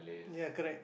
ya correct